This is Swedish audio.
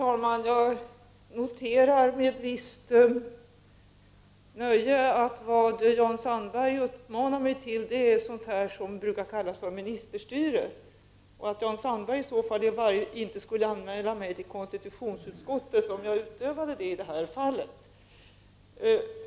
Herr talman! Jag noterar med visst nöje att vad Jan Sandberg uppmanar mig till är det man brukar kalla för ministerstyre och att Jan Sandberg inte skulle anmäla mig för konstitutionsutskottet om jag utövade ministerstyre i det här fallet.